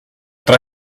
tre